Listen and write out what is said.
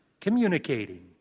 communicating